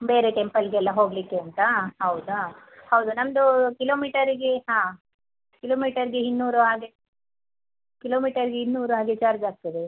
ಬೇರೆ ಟೆಂಪಲ್ಲಿಗೆಲ್ಲ ಹೋಗಲಿಕ್ಕೆ ಉಂಟಾ ಹೌದಾ ಹೌದು ನಮ್ಮದು ಕಿಲೋಮೀಟರಿಗೆ ಹಾಂ ಕಿಲೋಮೀಟರಿಗೆ ಇನ್ನೂರು ಹಾಗೆ ಕಿಲೋಮೀಟರಿಗೆ ಇನ್ನೂರು ಹಾಗೆ ಚಾರ್ಜ್ ಆಗ್ತದೆ